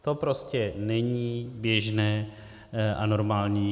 To prostě není běžné a normální.